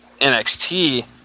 NXT